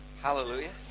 hallelujah